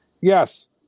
Yes